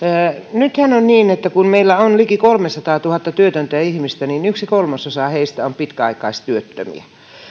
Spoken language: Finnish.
nythän on niin että kun meillä on liki kolmesataatuhatta työtöntä ihmistä niin yksi kolmasosa heistä on pitkäaikaistyöttömiä